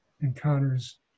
encounters